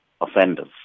offenders